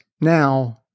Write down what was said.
now